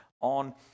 on